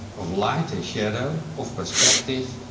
of light and shadow, of perspective,